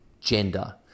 gender